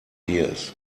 years